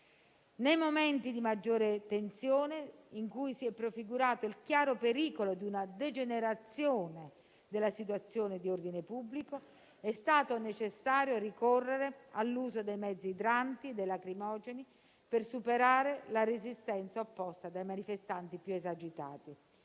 Nei momenti di maggiore tensione, in cui si è prefigurato il chiaro pericolo di una degenerazione della situazione dell'ordine pubblico, è stato necessario ricorrere all'uso dei mezzi idranti e dei lacrimogeni, per superare la resistenza opposta dai manifestanti più esagitati.